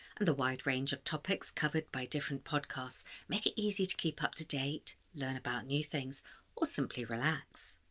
and the wide range of topics covered by different podcasts make it easy to keep up-to-date, learn about new things or simply relax.